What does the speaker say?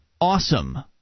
awesome